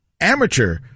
amateur